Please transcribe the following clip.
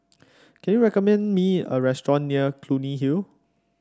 can you recommend me a restaurant near Clunny Hill